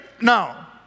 now